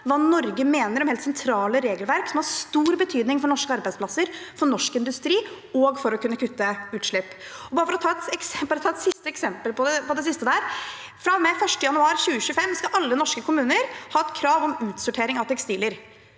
hva Norge mener om helt sentrale regelverk som har stor betydning for norske arbeidsplasser, for norsk industri og for å kunne kutte utslipp. Bare for å ta et eksempel på det siste: Fra og med 1. januar 2025 skal alle norske kommuner ha et krav om utsortering av tekstiler.